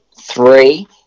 three